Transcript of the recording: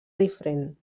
diferent